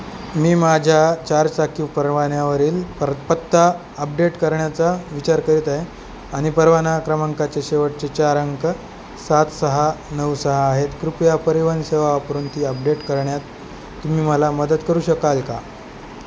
मी माझ्या चारचाकी परवान्यावरील पर पत्ता अपडेट करण्याचा विचार करीत आहे आणि परवाना क्रमांकाचे शेवटचे चार अंक सात सहा नऊ सहा आहेत कृपया परिवहन सेवा वापरून ती अपडेट करण्यात तुम्ही मला मदत करू शकाल का